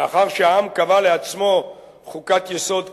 לאחר שהעם קבע לעצמו חוקת יסוד כזאת,